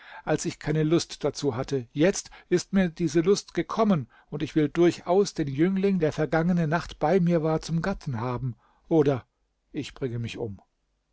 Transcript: als ich keine lust dazu hatte jetzt ist mir diese lust gekommen und ich will durchaus den jüngling der vergangene nacht bei mir war zum gatten haben oder ich bringe mich um